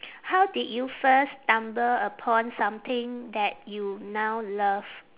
how did you first stumble upon something that you now love